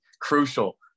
crucial